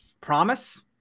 promise